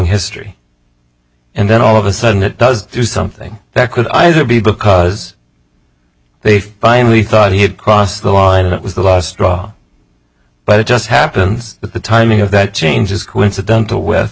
history and then all of a sudden it does do something that could either be because they finally thought he had crossed the line it was the last straw but it just happens that the timing of that change is coincidental with